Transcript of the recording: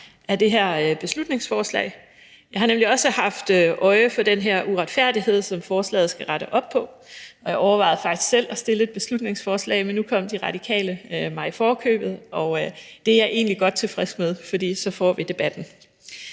af det her beslutningsforslag. Jeg har nemlig også haft øje for den her uretfærdighed, som forslaget skal rette op på, og jeg overvejede faktisk selv at fremsætte et beslutningsforslag, men nu kom De Radikale mig i forkøbet. Det er jeg egentlig godt tilfreds med, for så får vi debatten.